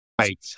Right